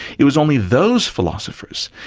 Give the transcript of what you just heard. it was only those philosophers,